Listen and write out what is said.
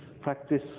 practice